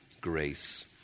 grace